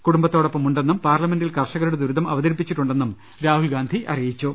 കുടുംബത്തോടൊപ്പം ഉണ്ടെന്നും പാർലമെന്റിൽ കർഷക രുടെ ദുരിതം അവതരിപ്പിച്ചിട്ടുണ്ടെന്നും രാഹുൽ ഗാന്ധി അറിയിച്ചു